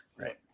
Right